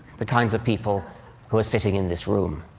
the kinds of people who are sitting in this room.